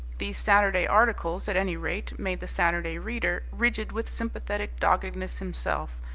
these saturday articles, at any rate, made the saturday reader rigid with sympathetic doggedness himself,